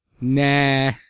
Nah